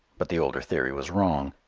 but the older theory was wrong.